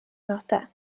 möte